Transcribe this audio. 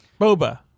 Boba